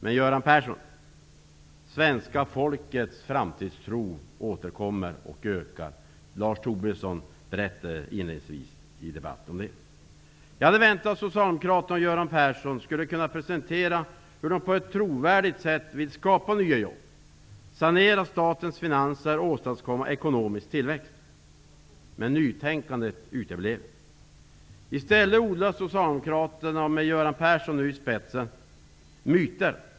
Men, Göran Persson, svenska folkets framtidstro återkommer och ökar. Lars Tobisson berättade om det inledningsvis i debatten. Jag hade väntat att socialdemokraterna och Göran Persson skulle kunna presentera hur de på ett trovärdigt sätt vill skapa nya jobb, sanera statens finanser och åstadkomma ekonomisk tillväxt, men nytänkandet uteblev. I stället odlar socialdemokraterna med Göran Persson i spetsen myter.